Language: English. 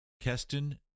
Keston